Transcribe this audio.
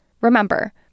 Remember